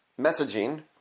messaging